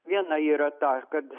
viena yra ta kad